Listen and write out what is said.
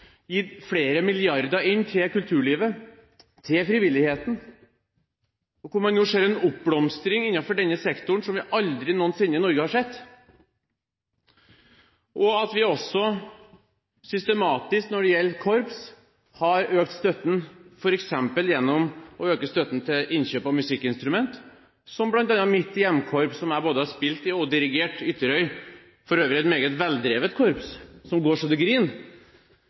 gitt flere milliarder til kulturlivet, til frivilligheten, og hvor man nå ser en oppblomstring innenfor denne sektoren som vi aldri noensinne i Norge har sett. Vi har også når det gjelder korps, systematisk økt støtten, f.eks. gjennom økte bevilgninger til innkjøp av musikkinstrument – som bl.a. mitt hjemkorps, Ytterøy, som jeg både har spilt i og dirigert, for øvrig et meget veldrevet korps, som går